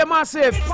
Massive